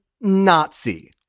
Nazi